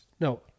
No